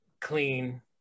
clean